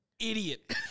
idiot